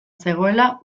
zegoela